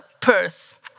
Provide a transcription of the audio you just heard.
purse